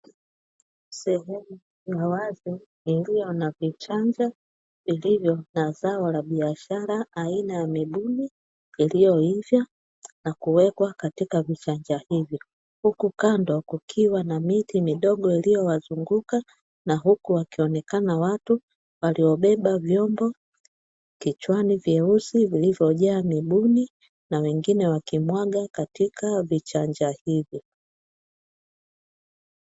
Sehemu ya wazi iliyo na vichanja vilivyo na zao la biashara aina ya mibuni iliyoiva na kuwekwa katika vichanja hivyo, huku kando kukiwa na miti midogo iliyowazunguka na huku wakionekana watu waliobeba vyombo kichwani vyeusi vilivyojaa mibuni na wengine wakimwaga katika vichanja hivyo.